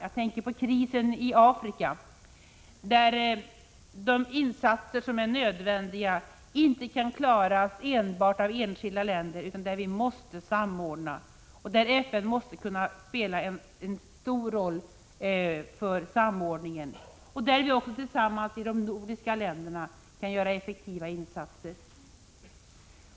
Jag tänker på krisen i Afrika, där de insatser som är nödvändiga inte kan klaras enbart av enskilda länder utan måste samordnas. FN måste kunna spela en stor roll för samordningen, där också de nordiska länderna kan göra effektiva insatser.